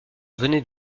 venait